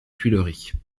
tuileries